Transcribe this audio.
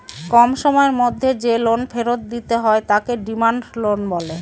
কম সময়ের মধ্যে যে লোন ফেরত দিতে হয় তাকে ডিমান্ড লোন বলে